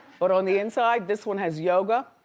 but on the inside, this one has yoga.